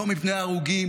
לא מפני ההרוגים,